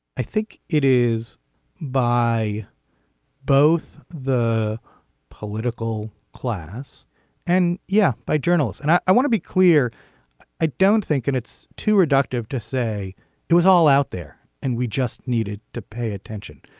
i think it is by both the political class and yeah by journalists and i i want to be clear i don't think and it's too reductive to say it was all out there and we just needed to pay attention.